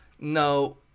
No